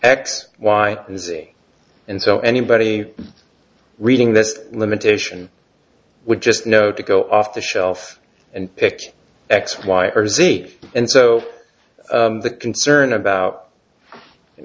x y and z and so anybody reading this limitation would just know to go off the shelf and pick x y or z and so the concern about you